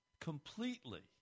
completely